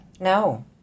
No